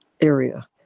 area